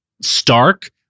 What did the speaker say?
stark